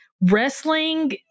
wrestling